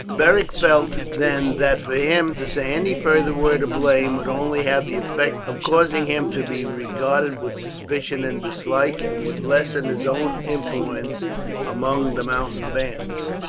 beric felt, then, that for him to say any further word of blame would only have the effect of causing him to be regarded with suspicion and dislike, and would lessen his own influence among the mountain bands.